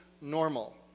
normal